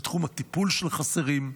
בתחום הטיפול שחסרים,